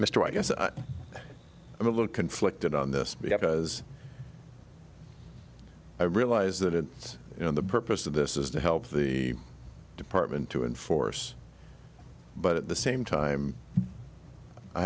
mr i guess i'm a little conflicted on this because i realize that and it's in the purpose of this is to help the department to enforce but at the same time i